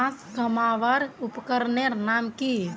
घांस कमवार उपकरनेर नाम की?